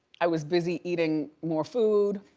i was busy eating more food,